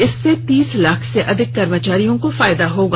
इससे तीस लाख से अधिक कर्मचारियों को फायदा होगा